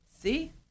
See